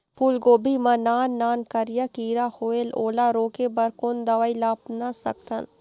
फूलगोभी मा नान नान करिया किरा होयेल ओला रोके बर कोन दवई ला अपना सकथन?